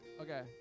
okay